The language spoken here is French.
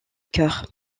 cœur